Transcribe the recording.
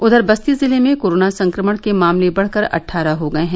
उधर बस्ती जिले में कोरोना संक्रमण के मामले बढ़कर अठारह हो गये हैं